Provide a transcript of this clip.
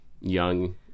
young